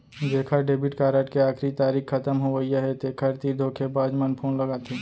जेखर debit card के आखरी तारीख खतम होवइया हे तेखर तीर धोखेबाज मन फोन लगाथे